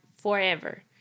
forever